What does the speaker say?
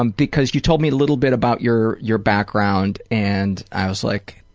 um because you told me a little bit about your your background and i was like,